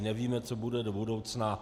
Nevíme, co bude do budoucna.